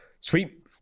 Sweet